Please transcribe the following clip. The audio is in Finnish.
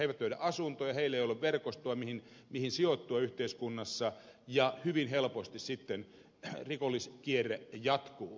he eivät löydä asuntoja heillä ei ole verkostoa mihin sijoittua yhteiskunnassa ja hyvin helposti sitten rikolliskierre jatkuu